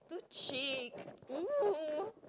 cheek